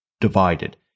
divided